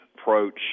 approach